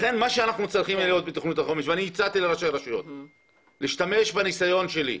לכן מה שהצעתי לראשי רשויות שיהיה בתוכנית החומש להשתמש בניסיון שלי.